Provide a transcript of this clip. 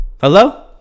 Hello